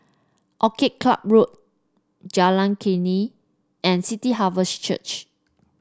Orchid Club Road Jalan Klinik and City Harvest Church